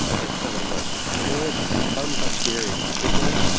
and some of the most gorgeous, untouched areas in the kimberley,